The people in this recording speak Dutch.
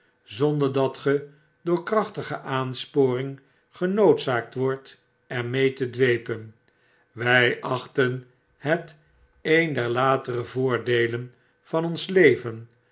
zonder dat ge door krachtige aansporing genoodzaakt wordt er mee tedwepen wy achten het een der latere voordeelen van ons leven